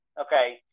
Okay